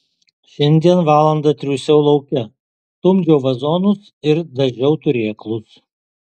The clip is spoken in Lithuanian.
šiandien valandą triūsiau lauke stumdžiau vazonus ir dažiau turėklus